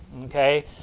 Okay